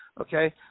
okay